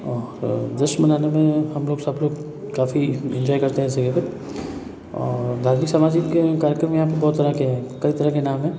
और जश्न मनाने में हम लोग सब लोग काफी इंजॉय करते हैं ऐसी जगह पे और धार्मिक सामाजिक कार्यक्रम यहाँ पर बहुत फर्क है कहीं तरह के नाम है